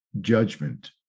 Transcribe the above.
judgment